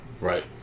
Right